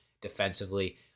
defensively